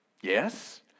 yes